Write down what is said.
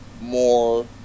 more